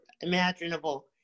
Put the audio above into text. imaginable